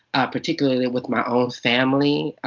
particularly with my own family.